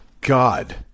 God